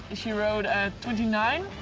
she rode a twenty nine,